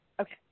Okay